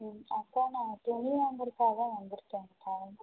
ம் அக்கா நான் துணி வாங்கறக்காக வந்துருக்கேன்க்கா